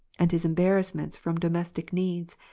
and his embarrassments from domestic needs,